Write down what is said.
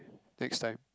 next time